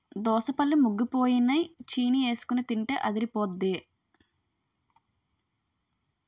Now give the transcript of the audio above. దోసపళ్ళు ముగ్గిపోయినై చీనీఎసికొని తింటే అదిరిపొద్దే